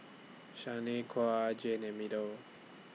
Shanequa Jay and Meadow